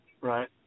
right